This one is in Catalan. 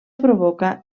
provoca